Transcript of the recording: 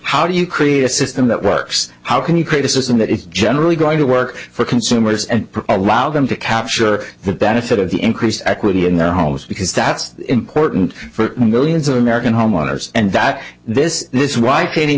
how do you create a system that works how can you create a system that is generally going to work for consumers and allow them to capture the benefit of the increased equity in their homes because that's important for millions of american homeowners and that this is why